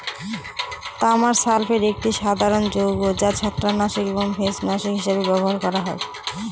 তামার সালফেট একটি সাধারণ যৌগ যা ছত্রাকনাশক এবং ভেষজনাশক হিসাবে ব্যবহার করা হয়